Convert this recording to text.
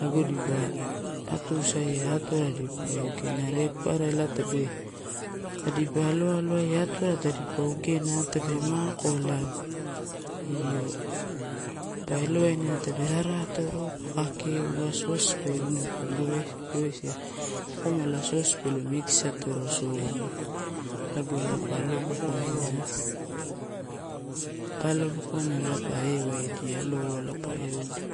Lago dipa atusaia atuwara ipa ogena, are papara ela tape, tadipa aloaloaia atuwara tadipa ogena tape mako ela io pa elowaina tape rara atoro pa kakeouna, sos pa iruina pa gowesia, gowesia akomala sos pelo mix atoro soma. Lago ela pa aloibokoina, pa alobokoina ela pa ewaidia, aloa ela pa irudia.